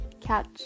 catch